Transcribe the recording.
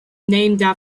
named